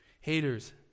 haters